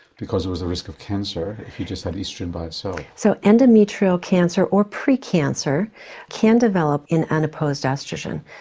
because there was a risk of cancer if you just had oestrogen by itself. so so endometrial cancer or pre-cancer can develop in unopposed ah oestrogen.